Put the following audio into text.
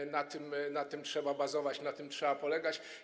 I na tym trzeba bazować, na tym trzeba polegać.